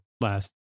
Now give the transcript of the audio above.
last